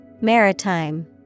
Maritime